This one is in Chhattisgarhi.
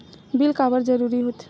बिल काबर जरूरी होथे?